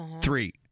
three